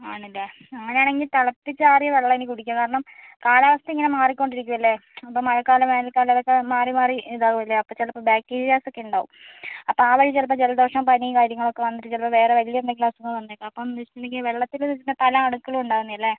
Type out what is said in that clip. ആണല്ലേ അങ്ങനെയാണെങ്കിൽ തിളപ്പിച്ചാറിയ വെള്ളം ഇനി കുടിക്കുക കാരണം കാലാവസ്ഥ ഇങ്ങനെ മാറിക്കൊണ്ടിരിക്കുവല്ലേ അപ്പം മഴക്കാലം വേനൽക്കാലം ഇതൊക്കെ മാറി മാറി ഇതാവുവല്ലേ അപ്പം ചിലപ്പം ബാക്റ്റീരിയാസൊക്കെ ഉണ്ടാകും അപ്പോൾ ആ വഴി ചിലപ്പം ജലദോഷം പനി കാര്യങ്ങളൊക്കെ വന്നിട്ട് ചിലപ്പം വേറെ വലിയ എന്തെങ്കിലും അസുഖം വന്നേക്കാം അപ്പം എന്ത്ന്ന് വെച്ചിട്ടുണ്ടെങ്കിൽ വെള്ളത്തിൽ നിന്ന് പല അണുക്കളും ഉണ്ടാകുന്നയല്ലേ